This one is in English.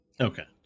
Okay